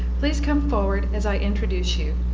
please come forward as i introduce you.